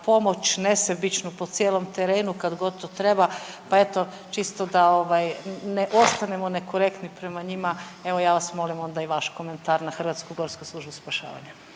pomoć nesebičnu po cijelom terenu pa god to treba, pa eto čisto da ovaj ne ostanemo nekorektni prema njima, evo ja vas molim onda i vaš komentar na HGSS. **Murganić,